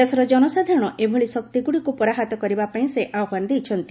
ଦେଶର ଜନସାଧାରଣ ଏଭଳି ଶକ୍ତିଗୁଡ଼ିକୁ ପରାହତ କରିବାପାଇଁ ସେ ଆହ୍ୱାନ ଦେଇଛନ୍ତି